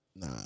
Nah